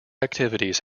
activities